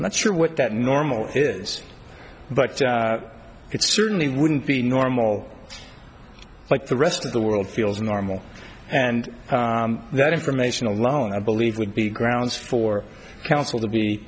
i'm not sure what that normal is but it certainly wouldn't be normal like the rest of the world feels normal and that information alone i believe would be grounds for counsel to be